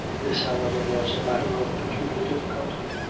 this, however, was a matter of peculiar difficulty.